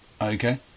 Okay